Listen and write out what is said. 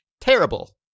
Terrible